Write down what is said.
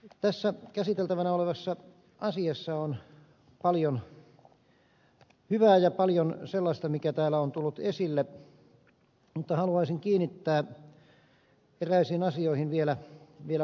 tässä käsiteltävänä olevassa asiassa on paljon hyvää ja paljon sellaista mikä täällä on tullut esille mutta haluaisin kiinnittää eräisiin asioihin vielä huomiota